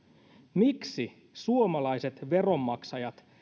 miksi suomalaiset veronmaksajat